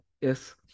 Yes